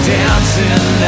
dancing